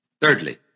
Thirdly